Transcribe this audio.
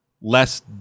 less